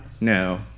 no